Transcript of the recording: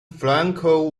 frankel